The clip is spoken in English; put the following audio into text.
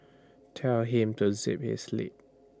tell him to zip his lip